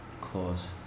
clause